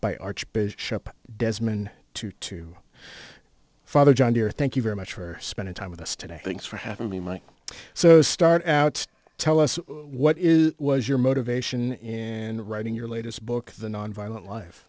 by archbishop desmond tutu father john deere thank you very much for spending time with us today thanks for having me mike so start out tell us what is was your motivation in writing your latest book the nonviolent life